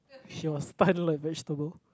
he was stunned like vegetable